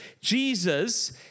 Jesus